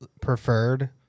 preferred